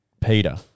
Peter